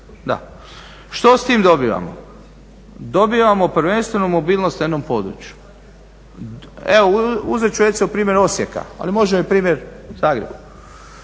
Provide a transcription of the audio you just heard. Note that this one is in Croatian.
Što s tim dobivamo? Dobivamo prvenstveno mobilnost u jednom području. Evo uzet ću primjer recimo Osijeka, ali može i primjer Zagreba.